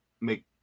make